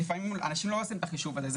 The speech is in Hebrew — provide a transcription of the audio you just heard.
אנשים לא עושים את החישוב הזה.